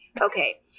Okay